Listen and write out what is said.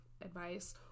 advice